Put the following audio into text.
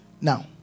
Now